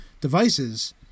devices